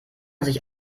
sich